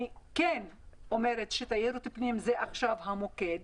אני כן אומרת שתיירות פנים עכשיו זה המוקד.